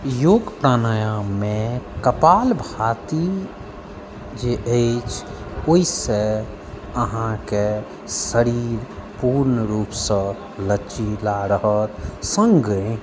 योग प्राणायाममे कपालभाती जे अछि ओइसँ अहाँके शरीर पूर्ण रूपसँ लचिला रहत सङ्गे